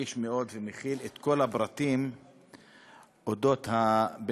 ורגיש מאוד ומכיל את כל הפרטים על אודות הבן-אדם.